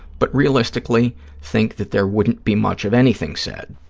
but realistically think that there wouldn't be much of anything said.